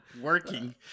working